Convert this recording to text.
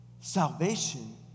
Salvation